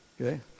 Okay